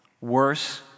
worse